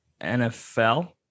NFL